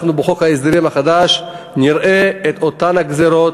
בחוק ההסדרים החדש נראה את אותן הגזירות